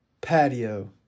Patio